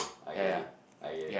I get it I get it